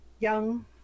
young